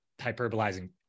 hyperbolizing